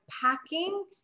packing